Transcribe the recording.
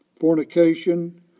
fornication